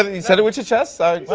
you said it with your chest. i